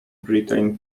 britain